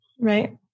Right